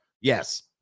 yes